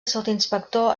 sotsinspector